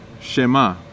Shema